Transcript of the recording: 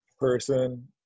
person